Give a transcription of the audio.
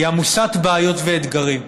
היא עמוסת בעיות ואתגרים,